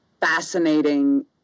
fascinating